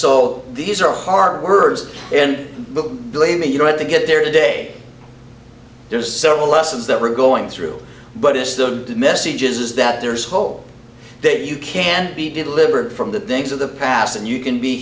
so these are hard words and but believe me you know at the get there today there's several lessons that we're going through but it's the did messages that there's hope that you can be delivered from the things of the past and you can be